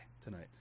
tonight